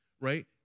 right